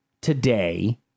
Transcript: today